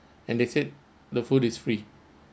and they said the food is free